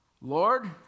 Lord